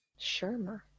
Shermer